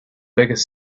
biggest